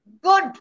good